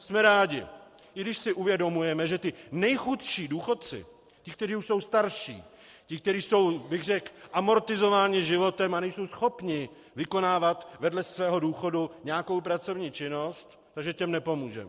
Jsme rádi, i když si uvědomujeme, že ti nejchudší důchodci, ti, kteří už jsou starší, ti, kteří jsou, bych řekl, amortizováni životem a nejsou schopni vykonávat vedle svého důchodu nějakou pracovní činnost, tak že těm nepomůžeme.